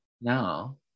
no